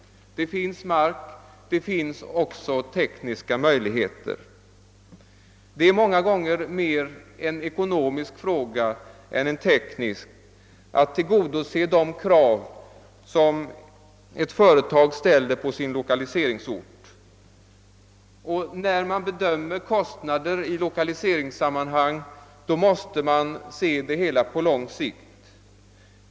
Det finns mark, det finns också tekniska möjligheter. Det är många gånger mer en ekonomisk fråga än en teknisk att tillgodose de krav som ett företag ställer på sin lokaliseringsort, och när man bedömer kostnader i lokaliseringssammanhang måste man se det hela på lång sikt.